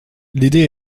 l’idée